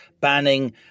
banning